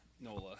Nola